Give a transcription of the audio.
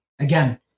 Again